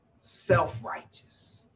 self-righteous